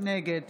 נגד